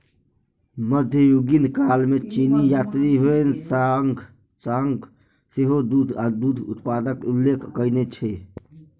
मध्ययुगीन काल मे चीनी यात्री ह्वेन सांग सेहो दूध आ दूध उत्पादक उल्लेख कयने छै